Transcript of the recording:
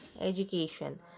education